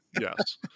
yes